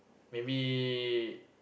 maybe